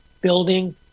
building